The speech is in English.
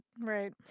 right